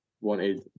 wanted